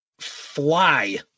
fly